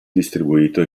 distribuito